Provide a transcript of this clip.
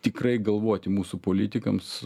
tikrai galvoti mūsų politikams